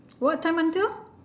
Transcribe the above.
what time until